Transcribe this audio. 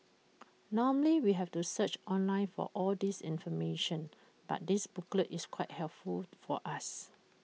normally we have to search online for all this information but this booklet is quite helpful for us